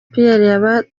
pierre